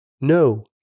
No